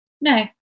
no